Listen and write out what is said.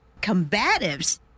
Combatives